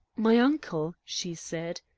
my uncle, she said,